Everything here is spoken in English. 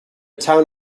town